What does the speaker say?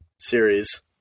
series